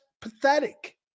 pathetic